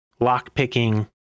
lockpicking